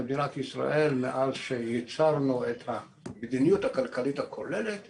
מאז שייצרנו את המדיניות הכלכלית הכוללת במדינת ישראל,